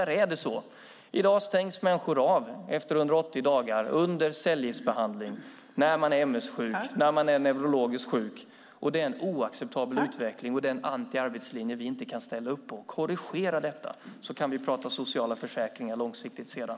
I dag stängs människor av efter 180 dagar under cellgiftsbehandling, när man är ms-sjuk och när man är neurologiskt sjuk. Det är en oacceptabel utveckling. Det är en antiarbetslinje vi inte kan ställa upp på. Korrigera detta, så kan vi prata sociala försäkringar långsiktigt sedan!